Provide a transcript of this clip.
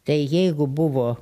tai jeigu buvo